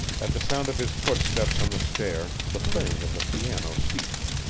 at the sound of his footsteps on the stair the playing of the piano ceased.